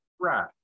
Right